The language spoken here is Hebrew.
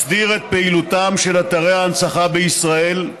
מסדיר את פעילותם של אתרי ההנצחה בישראל.